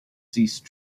ceased